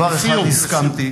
דבר אחד הסכמתי